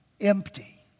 Empty